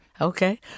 Okay